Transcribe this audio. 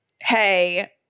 Hey